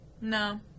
No